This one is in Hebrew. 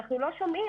אנחנו לא שומעים.